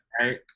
right